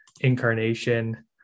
Incarnation